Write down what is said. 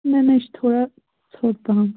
نہَ نہَ یہِ چھِ تھوڑا ژھوٚٹ پَہَم